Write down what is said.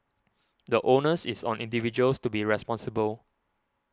the onus is on individuals to be responsible